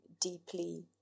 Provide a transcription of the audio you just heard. deeply